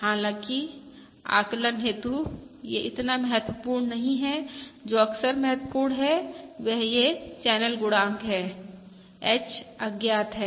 हालांकि आकलन हेतु यह इतना महत्वपूर्ण नही है तो जो अक्सर महत्वपूर्ण है वह यह चैनल गुणांक है h अज्ञात है